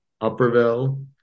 Upperville